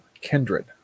Kindred